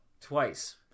twice